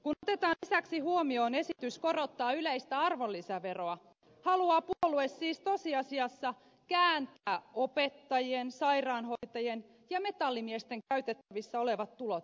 kun otetaan lisäksi huomioon esitys korottaa yleistä arvonlisäveroa haluaa puolue siis tosiasiassa kääntää opettajien sairaanhoitajien ja metallimiesten käytettävissä olevat tulot pakkasen puolelle